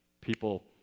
People